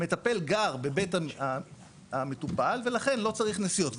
המטפל גר בבית המטופל ולכן לא צריך נסיעות.